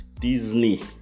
Disney